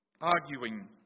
arguing